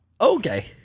okay